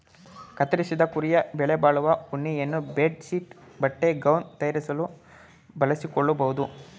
ಕತ್ತರಿಸಿದ ಕುರಿಯ ಬೆಲೆಬಾಳುವ ಉಣ್ಣೆಯನ್ನು ಬೆಡ್ ಶೀಟ್ ಬಟ್ಟೆ ಗೌನ್ ತಯಾರಿಸಲು ಬಳಸಿಕೊಳ್ಳಬೋದು